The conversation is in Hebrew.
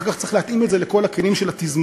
אחר כך צריך להתאים את זה לכל הכלים של התזמורת,